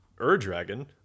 Ur-dragon